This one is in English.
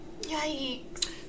Yikes